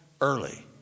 early